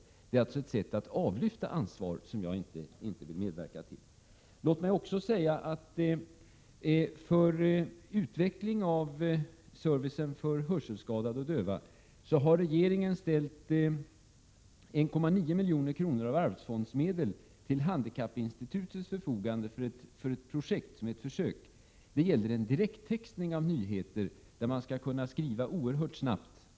Detta är alltså ett sätt att avlyfta ansvar, som jag inte vill medverka till. Låt mig också säga att för utveckling av servicen för hörselskadade och döva har regeringen ställt 1,9 milj.kr. av arbetsfondsmedel till handikappinstitutets förfogande för ett försöksprojekt som gäller direkttextning av nyheter, där man skall kunna skriva oerhört snabbt.